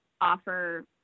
offer